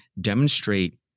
demonstrate